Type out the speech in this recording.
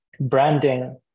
branding